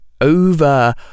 Over